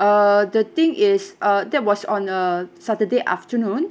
uh the thing is uh that was on a saturday afternoon